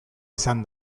izan